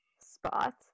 spot